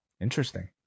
Interesting